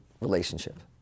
relationship